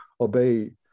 obey